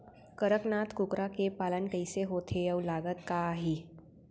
कड़कनाथ कुकरा के पालन कइसे होथे अऊ लागत का आही?